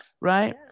right